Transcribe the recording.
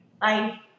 Bye